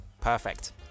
Perfect